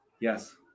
Yes